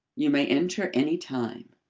you may enter any time.